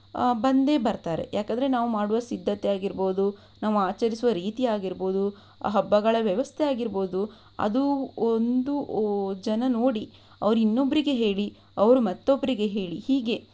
ಬಂದೇ ಬರ್ತಾರೆ ಯಾಕೆಂದರೆ ನಾವು ಮಾಡುವ ಸಿದ್ಧತೆ ಆಗಿರಬಹುದು ನಾವು ಆಚರಿಸುವ ರೀತಿ ಆಗಿರಬಹುದು ಹಬ್ಬಗಳ ವ್ಯವಸ್ಥೆ ಆಗಿರಬಹುದು ಅದು ಒಂದು ಜನ ನೋಡಿ ಅವರು ಇನ್ನೊಬ್ಬರಿಗೆ ಹೇಳಿ ಅವರು ಮತ್ತೊಬ್ಬರಿಗೆ ಹೇಳಿ ಹೀಗೆ